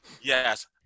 Yes